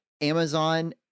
Amazon